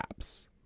apps